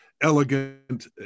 elegant